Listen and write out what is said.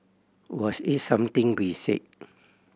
was it something we said